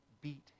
beat